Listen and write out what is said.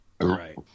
right